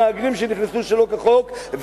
המהגרים שנכנסו שלא כחוק,